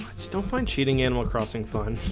just don't find cheating animal crossing fun